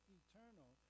eternal